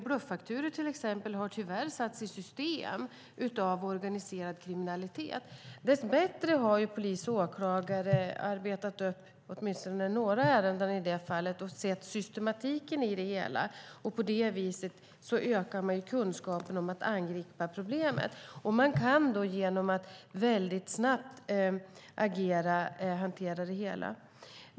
Bluffakturor, till exempel, har tyvärr satts i system i organiserad kriminalitet. Dess bättre har polis och åklagare arbetat upp åtminstone några ärenden i det fallet och sett systematiken i det hela. På det viset ökar man kunskapen när det gäller att angripa problemet. Man kan då hantera det hela genom att agera väldigt snabbt.